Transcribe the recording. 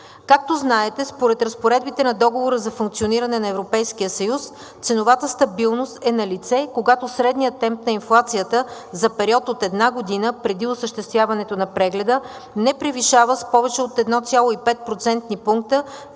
Както знаете, според разпоредбите на Договора за функциониране на Европейския съюз ценовата стабилност е налице, когато средният темп на инфлацията за период от една година преди осъществяването на прегледа не превишава с повече от 1,5